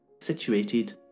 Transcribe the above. situated